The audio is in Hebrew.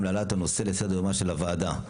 להעלאת הנושא לסדר יומה של הוועדה.